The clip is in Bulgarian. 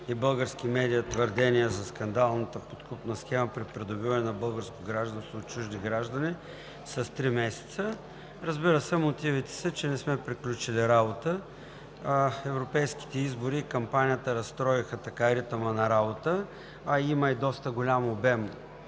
и български медии твърдения за скандалната подкупна схема при придобиване на българско гражданство от чужди граждани с три месеца. Разбира се, мотивите са, че не сме приключили работа. Европейските избори и кампанията разстроиха ритъма на работата, а има и доста голям обем